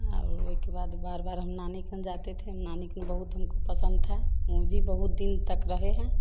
और उसके बाद बार बार हम नानी के यहाँ जाते थे नानी खिन बहुत हमको पसंद था वहह भी बहुत दिन तक रहे हैं